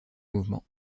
mouvement